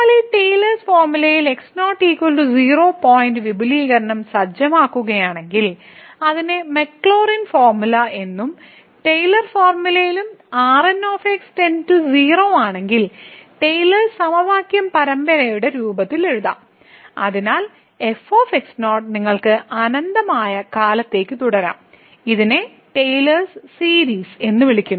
നമ്മൾ ഈ ടെയിലേഴ്സ് ഫോർമുലയിൽ x0 0 പോയിൻറ് വിപുലീകരണം സജ്ജമാക്കുകയാണെങ്കിൽ അതിനെ മക്ലോറിൻ ഫോർമുല എന്നും ടെയ്ലർ ഫോർമുലയിലും Rn → 0 ആണെങ്കിൽ ടെയിലേഴ്സ് സമവാക്യം പരമ്പരയുടെ രൂപത്തിൽ എഴുതാം അതിനാൽ f നിങ്ങൾക്ക് അനന്തമായ കാലത്തേക്ക് തുടരാം ഇതിനെ ടെയ്ലർ സീരീസ് എന്ന് വിളിക്കുന്നു